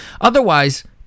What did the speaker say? Otherwise